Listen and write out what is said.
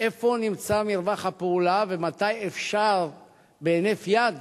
איפה נמצא מרווח הפעולה ומתי אפשר בהינף יד